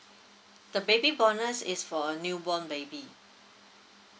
the baby bonus is for a newborn baby